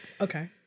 Okay